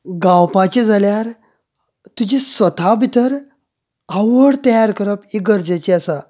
गांवपाचे जाल्यार तुजें स्वतां भितर आवड तयार करप हें गरजेचे आसा